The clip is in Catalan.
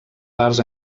parts